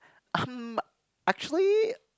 um actually